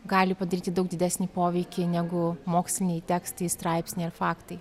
gali padaryti daug didesnį poveikį negu moksliniai tekstai straipsniai ar faktai